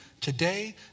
today